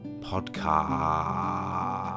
Podcast